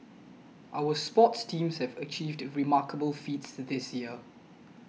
our sports teams have achieved remarkable feats this year